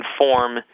inform